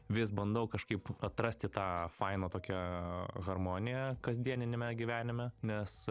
vis bandau kažkaip atrasti tą fainą tokią harmoniją kasdieniame gyvenime nes